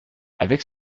avec